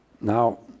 Now